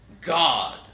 God